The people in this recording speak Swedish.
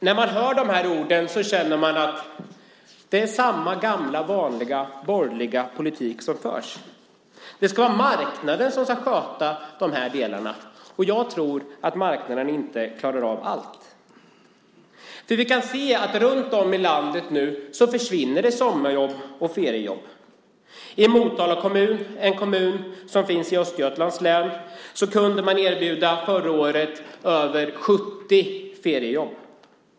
När man hör dessa ord känner man att det är samma gamla vanliga borgerliga politik som förs. Det är marknaden som ska sköta dessa delar. Jag tror inte att marknaden klarar av allt. Vi kan se att runt om i landet försvinner det sommarjobb och feriejobb. I Motala kommun i Östergötlands län kunde man förra året erbjuda över 70 feriejobb.